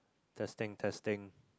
testing testing